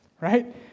right